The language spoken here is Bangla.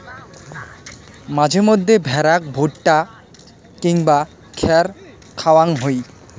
মাঝে মইধ্যে ভ্যাড়াক ভুট্টা কিংবা খ্যার খাওয়াং হই